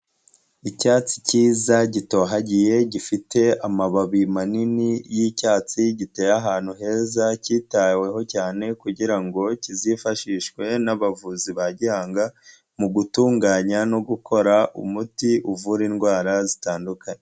Icyatsi cyiza gitohagiye gifite amababi manini y'icyatsi, giteye ahantu heza cyitaweho cyane kugira ngo kizifashishwe n'abavuzi ba gihanga mu gutunganya no gukora umuti uvura indwara zitandukanye.